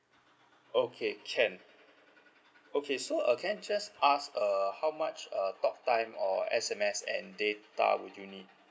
okay can okay so uh can I just ask uh how much uh talk time or S_M_S and data would you need